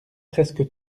presque